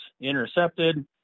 intercepted